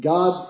God